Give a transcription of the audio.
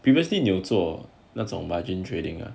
previously 有做那种 margin trading ah